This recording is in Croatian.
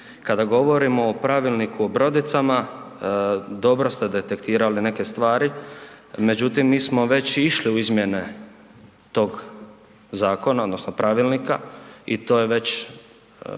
Kada govorimo o Pravilniku o brodicama, dobro ste detektirali neke stvari, međutim, mi smo već i išli u izmjene tog zakona, odnosno Pravilnika i to je već,